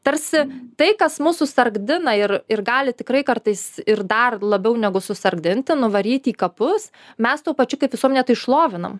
tarsi tai kas mus susargdina ir ir gali tikrai kartais ir dar labiau negu susargdinti nuvaryti į kapus mes tuo pačiu kaip visuomenė tai šlovinam